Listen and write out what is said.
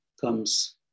comes